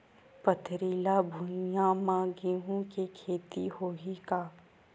पथरिला भुइयां म गेहूं के खेती होही का?